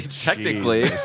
technically